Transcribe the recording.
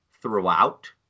throughout